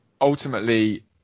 ultimately